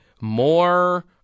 more